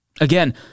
Again